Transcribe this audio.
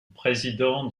président